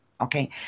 okay